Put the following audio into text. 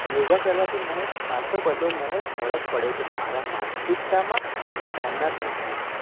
યોગા કરવાથી મને ખાસો બધો મને ફરક પડ્યો છે મારા માનસિકતામાં અને ભાવનાત્મકતામાં